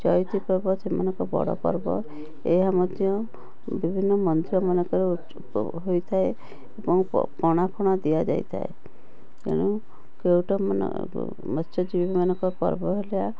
ଚଇତି ପର୍ବ ସେମାନଙ୍କ ବଡ଼ ପର୍ବ ଏହାମଧ୍ୟ ବିଭିନ୍ନ ମନ୍ତ୍ର ମାନଙ୍କର ହୋଇଥାଏ ଏବଂ ପଣା ଫଣା ଦିଆଯାଇଥାଏ ତେଣୁ କେଉଟମାନ ମତ୍ସ୍ୟଜୀବୀ ମାନଙ୍କ ପର୍ବ ହେଲା